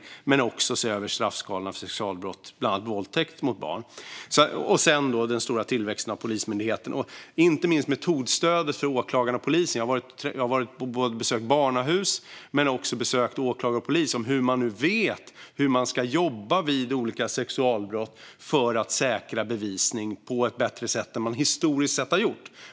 Utredaren har även sett över straffskalorna för sexualbrott, bland annat våldtäkt mot barn. Därtill har vi den stora tillväxten inom Polismyndigheten och inte minst metodstödet för åklagarna och polisen. Jag har besökt såväl barnahus som åklagare och polis och fått höra hur de nu vet hur man ska jobba vid olika sexualbrott för att på ett bättre sätt säkra bevisning än man historiskt sett har gjort.